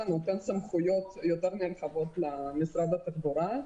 נותן סמכויות יותר נרחבות למשרד התחבורה.